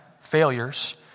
failures